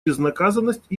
безнаказанность